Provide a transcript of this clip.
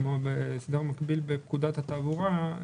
כמו בהסדר מקביל בפקודת התעבורה,